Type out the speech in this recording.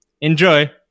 Enjoy